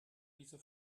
diese